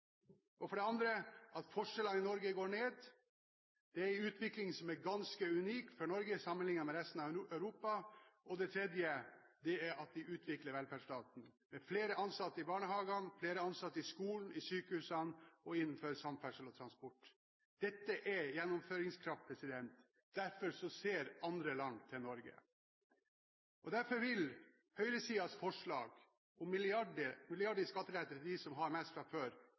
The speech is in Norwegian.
og for det andre at forskjellene i Norge går ned. Det er en utvikling som er ganske unik for Norge, sammenlignet med resten av Europa. Det tredje er at vi utvikler velferdsstaten, med flere ansatte i barnehagene, flere ansatte i skolene, i sykehusene og innenfor samferdsel og transport. Dette er gjennomføringskraft. Derfor ser andre land til Norge. Og derfor vil høyresidens forslag om milliarder i skattelette til dem som har mest fra før,